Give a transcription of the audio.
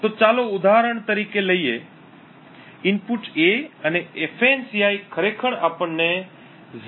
તો ચાલો ઉદાહરણ તરીકે લઈએ ઇનપુટ A અને ફાન્સી ખરેખર આપણને 0